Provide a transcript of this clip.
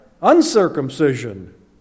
uncircumcision